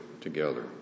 together